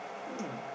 hmm